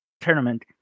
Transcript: tournament